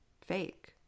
fake